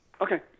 Okay